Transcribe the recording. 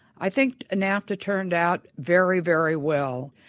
i think nafta turned out very very well.